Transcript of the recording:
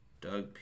Doug